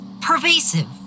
pervasive